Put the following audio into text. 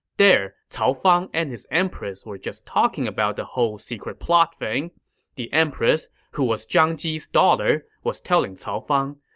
there, cao fang and his empress were just talking about the whole secret plot. the empress, who was zhang ji's daughter, was telling cao fang,